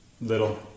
Little